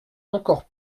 encore